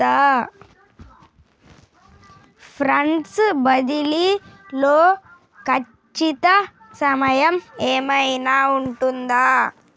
Funds బదిలీ లో ఖచ్చిత సమయం ఏమైనా ఉంటుందా?